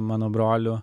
mano broliu